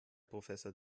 professor